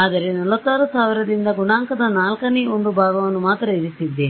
ಆದರೆ 46000 ರಿಂದ ಗುಣಾಂಕದ ನಾಲ್ಕನೇ ಒಂದು ಭಾಗವನ್ನು ಮಾತ್ರ ಇರಿಸಿದ್ದೇನೆ